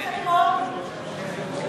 הולכים לעבוד בעמק הסיליקון,